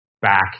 back